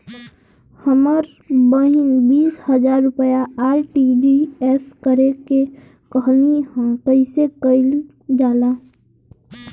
हमर बहिन बीस हजार रुपया आर.टी.जी.एस करे के कहली ह कईसे कईल जाला?